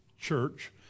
church